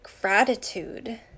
gratitude